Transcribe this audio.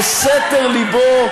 בסתר לבו,